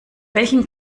welchen